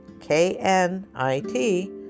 K-N-I-T